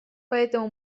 поэтому